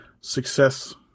success